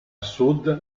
sud